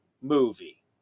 movie